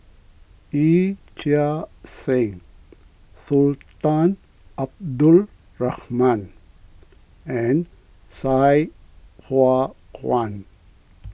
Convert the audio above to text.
Yee Chia Hsing Sultan Abdul Rahman and Sai Hua Kuan